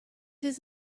his